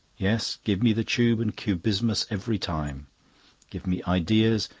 yes, give me the tube and cubismus every time give me ideas,